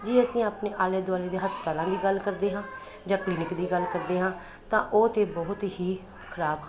ਜੇ ਅਸੀਂ ਆਪਣੇ ਆਲੇ ਦੁਆਲੇ ਦੇ ਹਸਪਤਾਲਾਂ ਦੀ ਗੱਲ ਕਰਦੇ ਹਾਂ ਜਾਂ ਕਲੀਨਿਕ ਦੀ ਗੱਲ ਕਰਦੇ ਹਾਂ ਤਾਂ ਉਹ ਤਾਂ ਬਹੁਤ ਹੀ ਖਰਾਬ ਹਨ